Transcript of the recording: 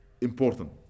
important